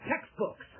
textbooks